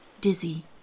dizzy